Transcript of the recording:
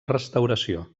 restauració